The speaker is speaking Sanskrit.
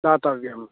दातव्यं